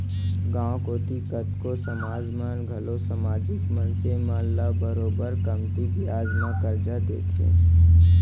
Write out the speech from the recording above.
गॉंव कोती कतको समाज मन घलौ समाजिक मनसे मन ल बरोबर कमती बियाज म करजा देथे